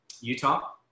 Utah